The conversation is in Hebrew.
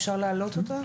אפשר להעלות אותה?